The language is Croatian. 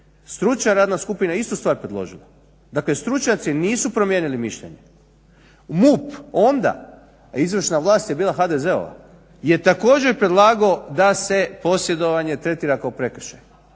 stručna radna skupina je istu stvar predložila, dakle stručnjaci nisu promijenili mišljenje. MUP onda, a izvršna vlast je bila HDZ-ova je također predlagao da se posjedovanje tretira kao prekršaj,